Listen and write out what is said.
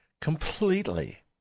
Completely